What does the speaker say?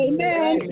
Amen